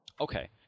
Okay